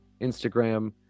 Instagram